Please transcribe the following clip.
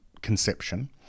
conception